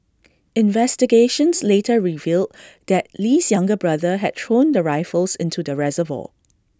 investigations later revealed that Lee's younger brother had thrown the rifles into the reservoir